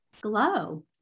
glow